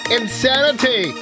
insanity